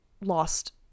lost